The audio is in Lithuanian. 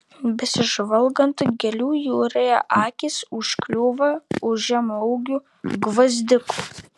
besižvalgant gėlių jūroje akys užkliūva už žemaūgių gvazdikų